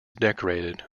decorated